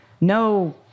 No